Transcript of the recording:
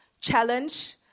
challenge